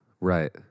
Right